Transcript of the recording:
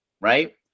right